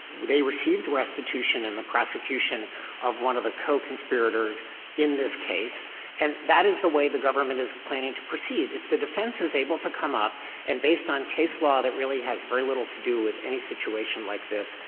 they received restitution in the prosecution of one of the co-conspirators in this case and that is the way the government is planning to proceed. if the defense is able to come up and, based on case law that really has very little to do with any situation like this,